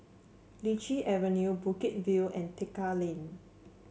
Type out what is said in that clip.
Lichi Avenue Bukit View and Tekka Lane